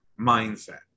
mindset